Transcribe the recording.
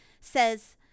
says